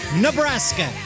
Nebraska